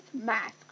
mask